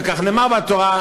וכך נאמר בתורה,